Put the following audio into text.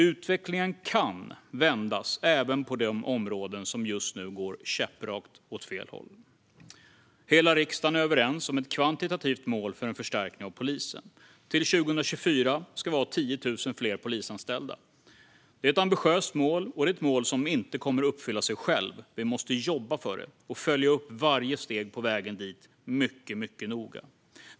Utvecklingen kan vändas även på de områden som just nu går käpprätt åt fel håll. Hela riksdagen är överens om ett kvantitativt mål för en förstärkning av polisen. Till 2024 ska vi ha 10 000 fler polisanställda. Det är ett ambitiöst mål som inte kommer att uppfylla sig självt. Vi måste jobba för det och följa upp varje steg på vägen dit mycket noga.